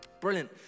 Brilliant